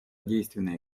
действенной